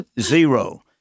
Zero